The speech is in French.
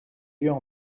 yeux